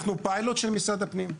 אנחנו פיילוט של משרד הפנים.